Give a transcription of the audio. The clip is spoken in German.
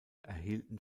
erhielten